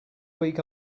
week